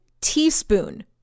teaspoon